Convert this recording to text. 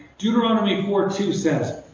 deuteronomy four two says,